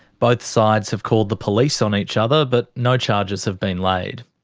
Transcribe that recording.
both sides have called the police on each other, but no charges have been laid.